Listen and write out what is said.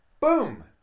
boom